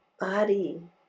body